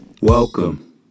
welcome